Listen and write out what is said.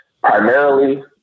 primarily